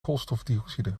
koolstofdioxide